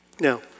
Now